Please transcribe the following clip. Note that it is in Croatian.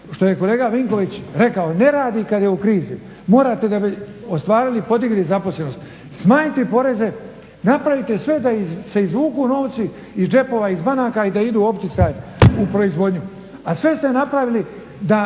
što je kolega Vinković rekao ne radi kada je u krizi. Morate da bi ostvarili, podigli zaposlenost smanjiti poreze, napravite sve da se izvuku novci iz džepova, iz banaka i da idu u opticaj, u proizvodnju. A sve ste napravili da